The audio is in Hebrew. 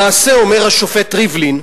למעשה", אומר השופט ריבלין,